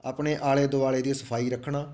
ਆਪਣੇ ਆਲੇ ਦੁਆਲੇ ਦੀ ਸਫਾਈ ਰੱਖਣਾ